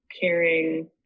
caring